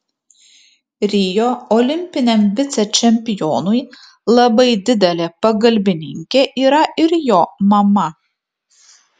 rio olimpiniam vicečempionui labai didelė pagalbininkė yra ir jo mama